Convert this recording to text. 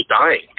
dying